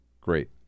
great